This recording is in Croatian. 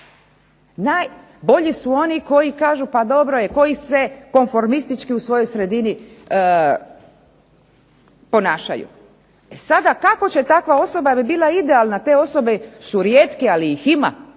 Najbolji su oni koji kažu pa dobro je, koji se konformistički u svojoj sredini ponašaju. E sada kako će takva osoba, jer bi bila idealna, te osobe su rijetke ali ih ima